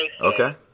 Okay